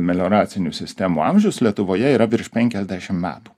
melioracinių sistemų amžius lietuvoje yra virš penkiasdešim metų